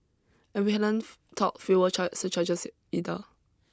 and we haven't talked fuel charge surcharges either